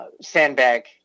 sandbag